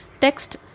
Text